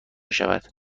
شود